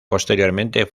posteriormente